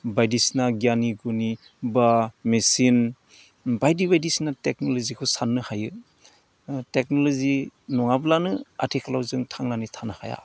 बायदिसिना गियानि गुनि बा मेसिन बायदि बायदिसिना टेक्नल'जिखौ साननो हायो टेक्नल'जि नङाब्लानो आथिखालाव जों थांनानै थानो हाया